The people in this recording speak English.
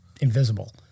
invisible